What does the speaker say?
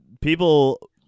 People